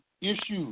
issues